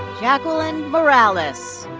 yaquelyn morales.